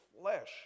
flesh